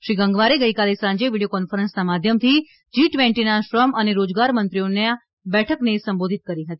શ્રી ગંગવારે ગઇકાલે સાંજે વિડિયો કોન્ફરન્સના માધ્યમથી જી ટ્વેન્ટીના શ્રમ અને રોજગાર મંત્રીઓને બેઠકને સંબોધિત કરી હતી